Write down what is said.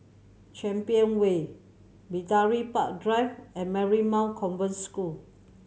Champion Way Bidadari Park Drive and Marymount Convent School